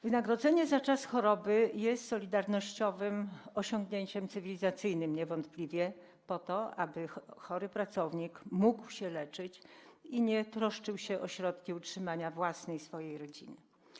Wynagrodzenie za czas choroby jest solidarnościowym osiągnięciem cywilizacyjnym, niewątpliwie po to, aby chory pracownik mógł się leczyć i nie troszczył się o środki utrzymania własne i swojej rodziny.